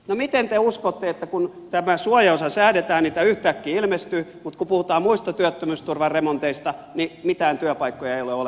no miten te uskotte että kun tämä suojaosa säädetään niitä yhtäkkiä ilmestyy mutta kun puhutaan muista työttömyysturvan remonteista niin mitään työpaikkoja ei ole olemassakaan